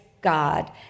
God